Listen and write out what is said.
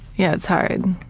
yeah, it's hard,